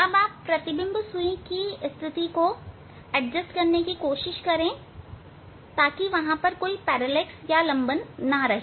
अब आप प्रतिबिंब सुई की स्थिति को एडजस्ट करने की कोशिश करे ताकि वहां कोई लंबन ना रहे